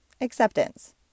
acceptance